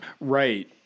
Right